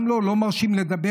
גם לו לא מרשים לדבר.